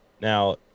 now